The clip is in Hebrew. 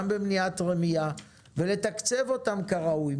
גם במניעת רמייה ולתקצב אותן כראוי.